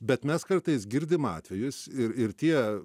bet mes kartais girdim atvejus ir ir tie